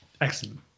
Excellent